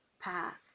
path